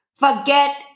Forget